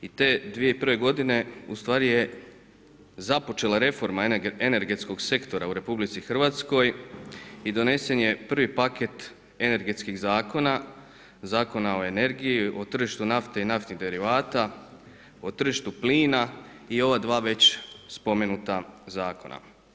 I te 2001. godine ustvari je započela reforma energetskog sektora u RH i donesen je prvi pakte energetskih zakona, Zakona o energiji, o tržištu nafte i naftnih derivata, o tržištu plina i ova dva već spomenuta zakona.